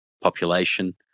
population